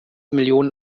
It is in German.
millionen